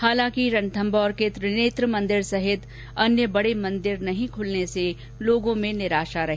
हालांकि रणथम्भौर के त्रिनेत्र मंदिर सहित अन्य बडे मंदिर नहीं खुलने से श्रद्धालुओं में निराशा है